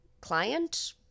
client